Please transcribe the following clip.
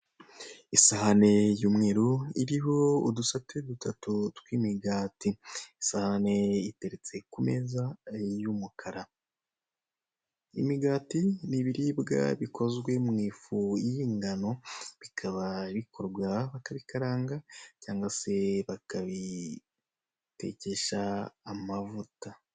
Isahane y'umweru iriho udusate dutatu tw'imigati isaha ne iteretse ku meza y'umukara, imigati ni ibiribwa bikozwe mu ifu y'ingano bikaba bikorwa bakabikaranga cyangwa se bakabitekesha amavuta.